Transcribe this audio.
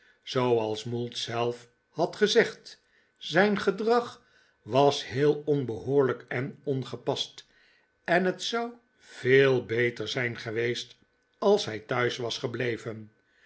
zooals mould zelf had gezegd zijn gedrag was heel onbehoorlijk en ongepast en het zou veel beter zijn geweest als hij thuis was gebleven